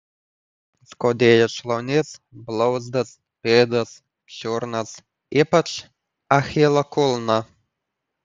skaudėjo šlaunis blauzdas pėdas čiurnas ypač achilo kulną